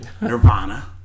Nirvana